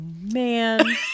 man